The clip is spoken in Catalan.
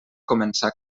començar